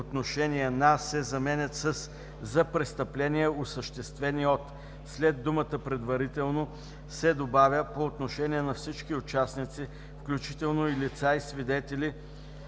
„отношение на“ се заменят със „за престъпления, осъществени от“, след думата „предварително“ се добавя „по отношение на всички участници, включително и лица и свидетели